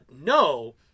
no